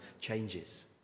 changes